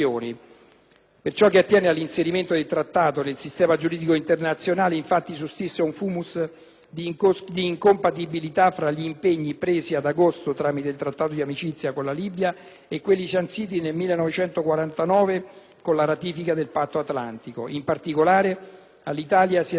Per ciò che attiene all'inserimento del Trattato nel sistema giuridico internazionale, sussiste un *fumus* d'incompatibilità fra gli impegni presi ad agosto tramite il Trattato di amicizia con la Libia e quelli sanciti nel 1949 con la ratifica del Patto atlantico. In particolare, l'Italia si astiene